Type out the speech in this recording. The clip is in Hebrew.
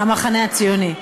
המחנה הציוני.